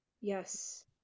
yes